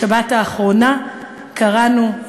בשבת האחרונה קראנו,